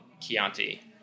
Chianti